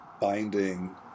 binding